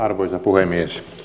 arvoisa puhemies